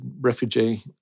refugee